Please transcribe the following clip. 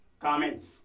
Comments